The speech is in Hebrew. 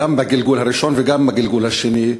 גם בגלגול הראשון וגם בגלגול השני,